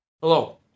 Hello